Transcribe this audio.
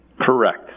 Correct